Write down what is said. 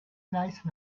nice